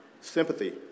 sympathy